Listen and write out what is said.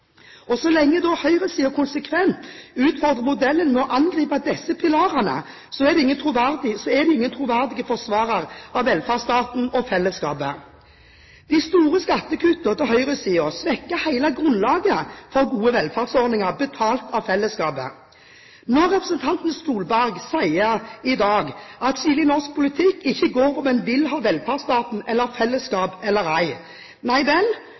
arbeidsgiver. Så lenge høyresiden konsekvent utfordrer modellen med å angripe disse pilarene, er den ingen troverdig forsvarer av velferdsstaten og fellesskapet. De store skattekuttene til høyresiden svekker hele grunnlaget for gode velferdsordninger betalt av fellesskapet. Representanten Solberg sier i dag at skillet i norsk politikk ikke går på om en vil ha velferdsstaten og fellesskap eller ei – nei vel,